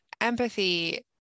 empathy